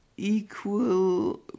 equal